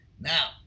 Now